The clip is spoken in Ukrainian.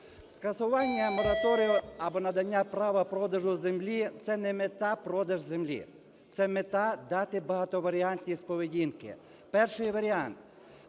Скасування мораторію або надання права продажу землі – це не мета, продаж землі, це мета - дати багатоваріантність поведінки. Перший варіант.